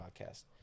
podcast